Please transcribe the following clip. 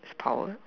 it's powered